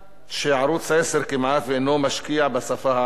שערוץ-10 כמעט שאינו משקיע בשפה הערבית.